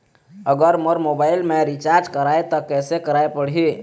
अगर मोर मोबाइल मे रिचार्ज कराए त कैसे कराए पड़ही?